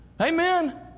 amen